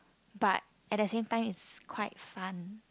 but at the same time it's quite fun